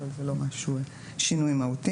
אבל זה לא שינוי מהותי.